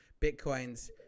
bitcoins